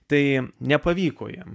tai nepavyko jiems